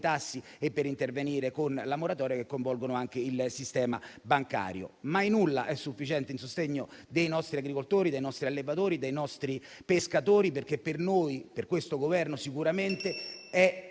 tassi e per intervenire con la moratoria, che coinvolgono anche il sistema bancario. Mai nulla è sufficiente in sostegno dei nostri agricoltori, dei nostri allevatori, dei nostri pescatori, perché per noi, per questo Governo, sicuramente